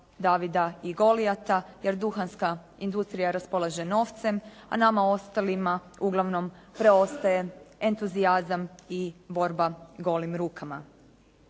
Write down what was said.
Davida i Golijata, jer duhanska industrija raspolaže novcem, a nama ostalima uglavnom preostaje entuzijazam i borba golim rukama.